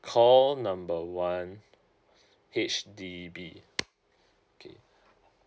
call number one H_D_B okay